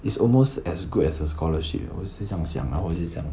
it's almost as good as a scholarship 我是像想 lah 我就想